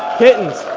kittens!